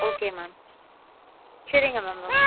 okay ma'am சரிங்க ma'am okay